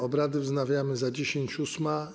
Obrady wznawiamy za dziesięć ósma.